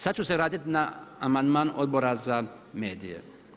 Sada ću se vratiti dan amandman Odbora za medije.